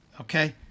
Okay